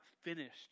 finished